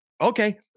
okay